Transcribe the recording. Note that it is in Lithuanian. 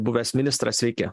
buvęs ministras sveiki